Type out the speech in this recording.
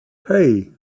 hey